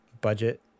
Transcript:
budget